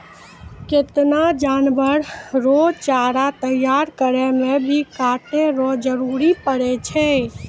केतना जानवर रो चारा तैयार करै मे भी काटै रो जरुरी पड़ै छै